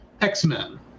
X-Men